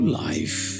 life